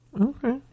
Okay